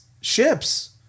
ships